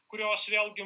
kurios vėlgi